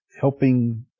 helping